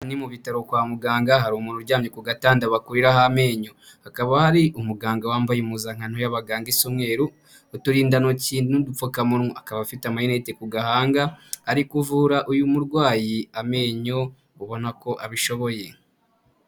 Ni mu bitaro kwa muganga hari umuntu uryamye ku gatanda bakuriraho amenyo, hakaba hari umuganga wambaye impuzankano y'abaganga is'umweru, uturindantoki n'udupfukamunwa, akaba afite amarineti ku gahanga, ari kuvura uyu murwayi amenyo ubona ko abishoboye.